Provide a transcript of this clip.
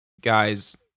guys